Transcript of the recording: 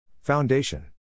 Foundation